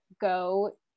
go